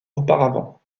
auparavant